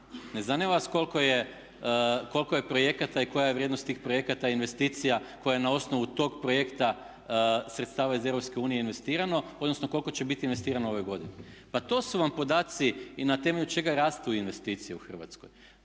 Ne zanima vas koliko je projekata i koja je vrijednost tih projekata i investicija koje na osnovu tog projekta sredstava iz EU investirano, odnosno koliko će biti investirano ove godine? Pa to su vam podaci i na temelju čega rastu investicije u Hrvatskoj.